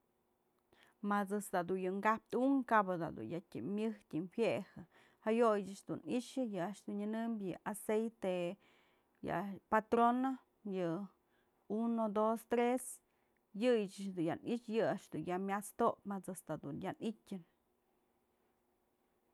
Ma ëjt's da dun kaptë unk, kap da dun ya tyam myëj tyëm juejë, jayoya ëch dun i'ixë yë a'ax dun nyënëmbyë aceite yë patrona, yë uno dos tres, yëyë ëch dun ya i'ixë, yë a'ax dun ya myas topyë ma ëjt's da dun ya nytyën.